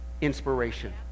inspiration